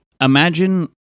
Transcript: imagine